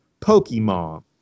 Pokemon